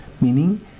meaning